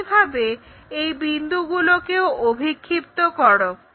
একইভাবে এই বিন্দুগুলোকেও অভিক্ষিপ্ত করো